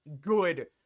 good